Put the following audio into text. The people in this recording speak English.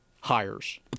hires